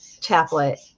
chaplet